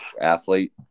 athlete